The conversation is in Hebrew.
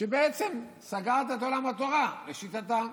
שבעצם סגרת את עולם התורה, לשיטתם.